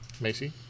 Macy